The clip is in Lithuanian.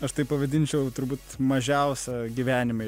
aš taip pavadinčiau turbūt mažiausia gyvenime